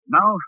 Now